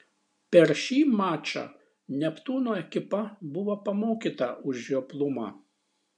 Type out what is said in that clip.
per šį mačą neptūno ekipa buvo pamokyta už žioplumą